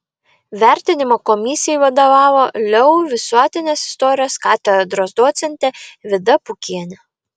vertinimo komisijai vadovavo leu visuotinės istorijos katedros docentė vida pukienė